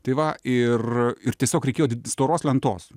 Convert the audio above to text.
tai va ir ir tiesiog reikėjo storos lentos